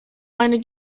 eine